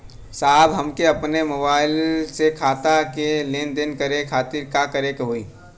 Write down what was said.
साहब हमके अपने मोबाइल से खाता के लेनदेन करे खातिर का करे के होई?